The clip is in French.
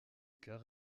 cas